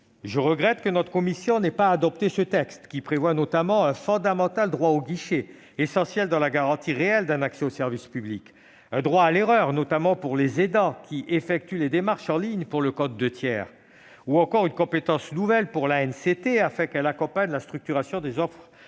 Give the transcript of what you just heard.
Je regrette que notre commission n'ait pas adopté ce texte, qui prévoit notamment un fondamental droit au guichet, essentiel dans la garantie réelle d'un accès au service public, un droit à l'erreur, notamment pour les aidants qui effectuent les démarches en ligne pour le compte de tiers, ou encore une compétence nouvelle pour l'Agence nationale de la cohésion des